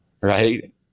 right